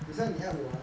等一下你 add 我 ah